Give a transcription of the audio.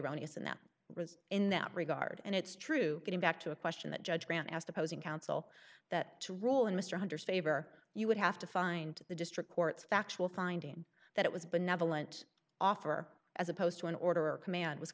erroneous and that was in that regard and it's true getting back to a question that judge grant asked opposing counsel that to rule in mr hunter favor you would have to find the district court's factual finding that it was benevolent offer as opposed to an order or command was